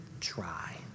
try